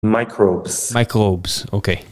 מייקרובס מייקרובס, אוקיי